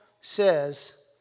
says